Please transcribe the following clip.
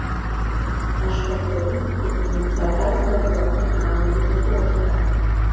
aš pasodinsiu princą edvardą į anglijos sostą